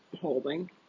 Holding